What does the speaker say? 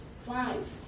Five